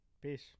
peace